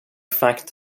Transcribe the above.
fact